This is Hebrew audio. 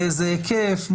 באיזה היקף,